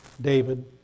David